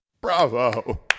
bravo